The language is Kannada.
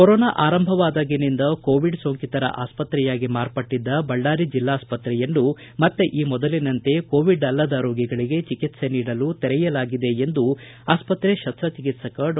ಕೊರೊನಾ ಆರಂಭವಾದಾಗಿನಿಂದ ಕೊವಿಡ್ ಸೋಂಕಿತರ ಆಸ್ಪತ್ರೆಯಾಗಿ ಮಾರ್ಪಟ್ಟಿದ್ದ ಬಳ್ಳಾರಿ ಜಲ್ಲಾಸ್ಪತ್ರೆಯನ್ನು ಮತ್ತೆ ಈ ಮೊದಲಿನಂತೆ ಕೋವಿಡ್ ಅಲ್ಲದ ರೋಗಿಗಳಿಗೆ ಚಿಕಿತ್ಸೆ ನೀಡಲು ತೆರೆಯಲಾಗಿದೆ ಎಂದು ಜಿಲ್ಲಾಸ್ತತೆ ಶಸ್ತ್ರಚಿಕಿತ್ಸಕ ಡಾ